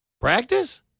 practice